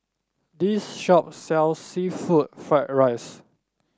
this shop sells seafood Fried Rice